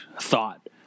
thought